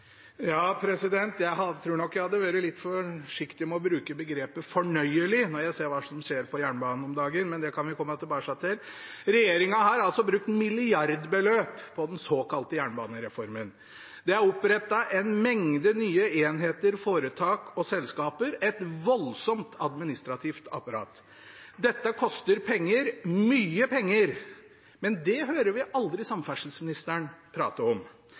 nok jeg hadde vært litt forsiktig med å bruke begrepet «fornøyelig» når jeg ser hva som skjer på jernbanen om dagen, men det kan vi komme tilbake til. Regjeringen har altså brukt milliardbeløp på den såkalte jernbanereformen. Det er opprettet en mengde nye enheter, foretak og selskaper – et voldsomt administrativt apparat. Dette koster penger – mye penger! Men det hører vi aldri samferdselsministeren prate om.